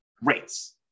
rates